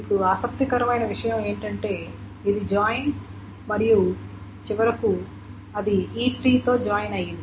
ఇప్పుడు ఆసక్తికరమైన విషయం ఏంటంటే ఇది జాయిన్ మరియు చివరకు అది E3 తో జాయిన్ అయ్యింది